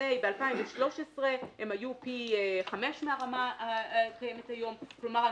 ב-2013 הם היו פי 5 מהרמה היום כלומר,